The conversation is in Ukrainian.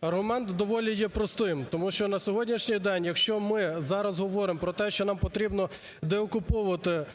Аргумент доволі є простим, тому що на сьогоднішній день, якщо ми зараз говоримо про те, що нам потрібно деокуповувати